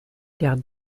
der